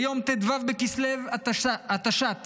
ביום ט"ו בכסלו התש"ט